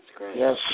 Yes